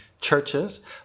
churches